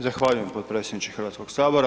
Zahvaljujem potpredsjedniče Hrvatskog sabora.